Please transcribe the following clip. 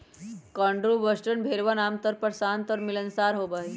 Cotswold भेड़वन आमतौर पर शांत और मिलनसार होबा हई